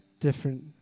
Different